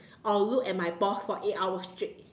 or look at my boss for eight hours straight